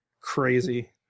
crazy